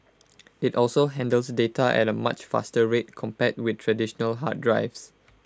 IT also handles data at A much faster rate compared with traditional hard drives